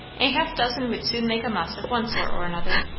a half dozen would soon make a muss, of one sort or another.